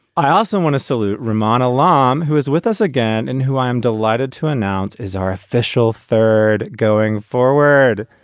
i also want to salute reman alarm, who is with us again and who i am delighted to announce is our official third going forward.